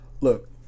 Look